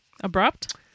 Abrupt